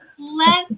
Let